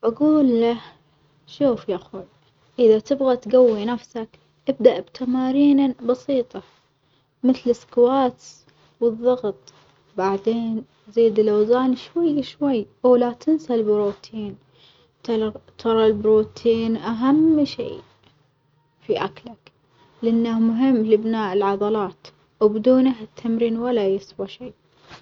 بجول له شوف ياخوي، إذا تبغى تجوي نفسك ابدأ بتمارين بسيطة مثل السكواتس والظغط، بعدين زيد الأوزان شوي شوي ولا تنسى البروتين تلر ترا البرتين أهم شي في أكلك، لأنه مهم لبناء العضلات وبدونه التمرين ولا يسوى شي.